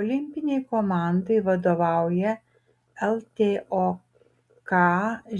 olimpinei komandai vadovauja ltok